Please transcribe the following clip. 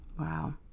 Wow